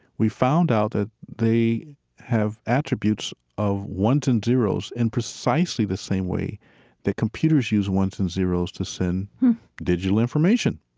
we found out that they have attributes of ones and zeros in precisely the same way that computers use ones and zeros to send digital information.